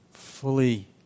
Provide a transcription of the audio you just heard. Fully